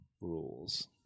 rules